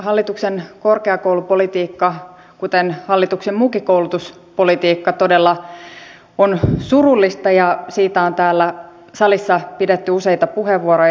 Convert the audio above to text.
hallituksen korkeakoulupolitiikka kuten hallituksen muukin koulutuspolitiikka todella on surullista ja siitä on täällä salissa pidetty useita puheenvuoroja